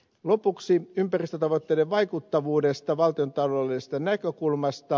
lopuksi ympäristötavoitteiden vaikuttavuudesta valtiontaloudellisesta näkökulmasta